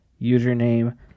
username